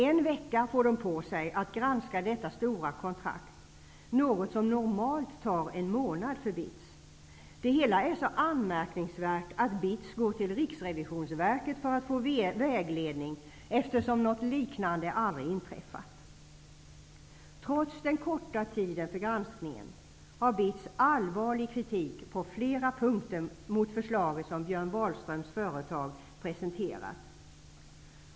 En vecka får BITS på sig att granska detta stora kontrakt -- något som normalt tar en månad för BITS. Det hela är så anmärkningsvärt att BITS går till Riksrevisionsverket för att få vägledning, eftersom något liknande tidigare aldrig inträffat. Trots den korta tiden för granskningen har BITS allvarlig kritik på flera punkter mot det förslag som Björn Wahlströms företag presenterat.